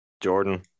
Jordan